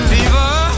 Fever